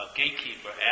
gatekeeper